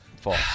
False